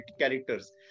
characters